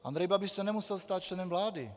Andrej Babiš se nemusel stát členem vlády.